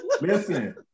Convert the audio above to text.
Listen